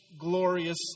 glorious